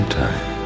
time